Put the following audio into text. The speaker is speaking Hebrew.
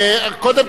כל הליכוד בשקט.